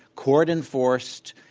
court enforced,